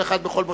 כלליים,